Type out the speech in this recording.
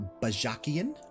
Bajakian